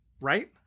Right